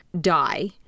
die